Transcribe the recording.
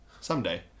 Someday